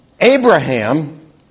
Abraham